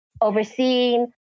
overseeing